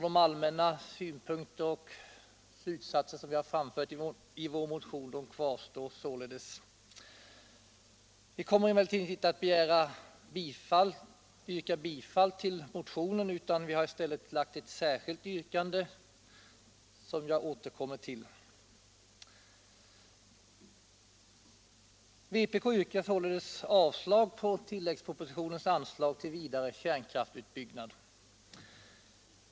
De allmänna synpunkter och slutsatser som vi har anfört i vår motion kvarstår således. Vi kommer emellertid inte att yrka bifall till motionen, utan vi har i stället lagt fram ett särskilt yrkande, som jag återkommer till. Vpk yrkar således avslag på tilläggspropositionens anslag till vidare kärnkraftsutbyggnad.